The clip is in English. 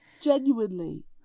Genuinely